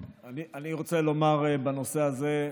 אני רוצה לומר בנושא הזה,